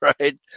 Right